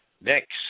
Next